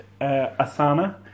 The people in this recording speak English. Asana